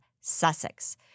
Sussex